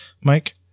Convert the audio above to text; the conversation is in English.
Mike